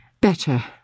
better